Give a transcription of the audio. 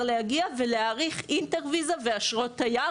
להגיע ולהאריך אינטר-ויזה ואשרות תייר.